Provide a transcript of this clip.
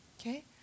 Okay